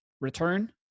return